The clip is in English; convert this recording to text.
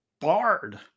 barred